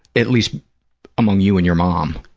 at least among you and your mom.